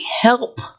help